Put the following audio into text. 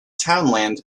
townland